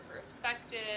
perspective